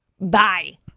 Bye